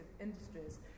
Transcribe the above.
industries